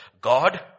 God